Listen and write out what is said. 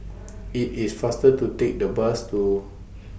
IT IS faster to Take The Bus to